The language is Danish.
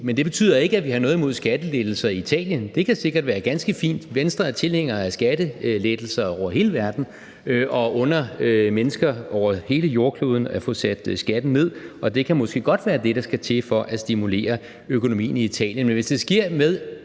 men det betyder ikke, at vi har noget imod skattelettelser i Italien. Det kan sikkert være ganske fint. Venstre er tilhænger af skattelettelser over hele verden og under mennesker over hele jordkloden at få sat skatten ned, og det kan måske godt være det, der skal til for at stimulere økonomien i Italien. Men hvis det sker med